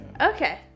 okay